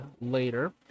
later